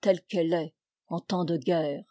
telle qu'elle est en temps de guerre